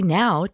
now